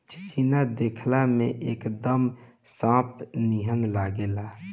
चिचिना देखला में एकदम सांप नियर लागेला